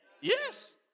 Yes